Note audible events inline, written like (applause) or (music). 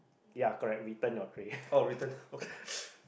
ya correct return your tray (laughs)